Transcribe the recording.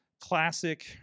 classic